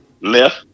left